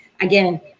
again